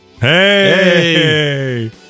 Hey